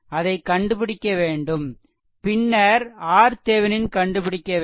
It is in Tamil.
அதை கண்டுபிடிக்க வேண்டும் பின்னர் RThevenin கண்டுபிடிக்க வேண்டும்